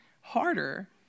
harder